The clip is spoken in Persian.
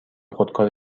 خودکار